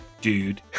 Dude